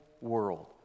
world